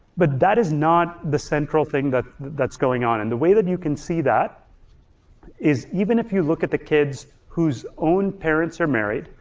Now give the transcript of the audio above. but that is not the central thing that's going on. and the way that you can see that is even if you look at the kids whose own parents are married,